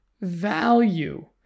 value